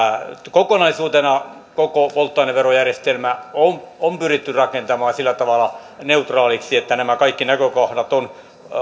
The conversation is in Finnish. kokonaisuutena koko polttoaineverojärjestelmä on on pyritty rakentamaan sillä tavalla neutraaliksi että nämä kaikki näkökohdat ovat